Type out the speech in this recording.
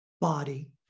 body